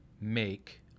make